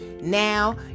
Now